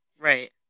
Right